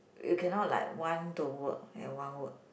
you cannot like one don't work and one work